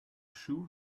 shoe